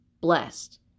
blessed